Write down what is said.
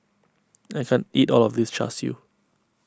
I can't eat all of this Char Siu